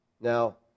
Now